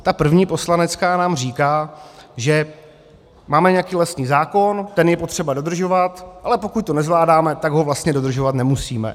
Ta první, poslanecká nám říká, že máme nějaký lesní zákon, ten je potřeba dodržovat, ale pokud to nezvládáme, tak ho vlastně dodržovat nemusíme.